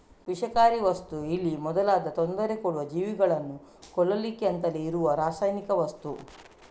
ವಿಷಕಾರಿ ವಸ್ತು ಇಲಿ ಮೊದಲಾದ ತೊಂದ್ರೆ ಕೊಡುವ ಜೀವಿಗಳನ್ನ ಕೊಲ್ಲಿಕ್ಕೆ ಅಂತಲೇ ಇರುವ ರಾಸಾಯನಿಕ ವಸ್ತು